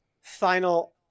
Final